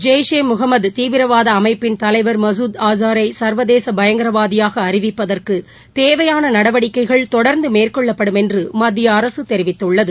ஜெய் ஷே முகமதுதீவிரவாதஅமைப்பின் மகுத் தலைவர் ஆசாரைசா்வதேசபயங்கரவாதியாகஅறிவிப்பதற்குதேவையானநடவடிக்கைகள் தொடர்ந்துமேற்கொள்ளப்படும் என்றுமத்தியஅரசுதெரிவித்துள்ளது